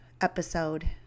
episode